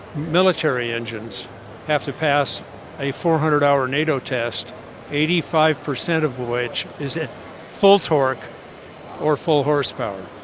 military engines have to pass a four hundred hour nato test eighty five percent of which is at full torque or full horsepower.